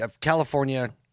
California